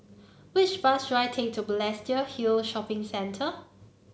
which bus should I take to Balestier Hill Shopping Centre